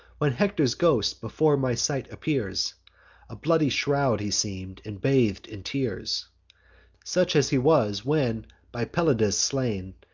when hector's ghost before my sight appears a bloody shroud he seem'd, and bath'd in tears such as he was, when, by pelides slain,